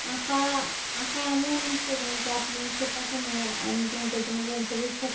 আঁকা আঁকা এমন একটা জিনিস যে আপনি সেটাকে নিয়ে আপনি যদি নিজের ভবিষ্যৎ